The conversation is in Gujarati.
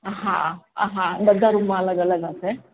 હા હા બધા રૂમમાં અલગ અલગ હશે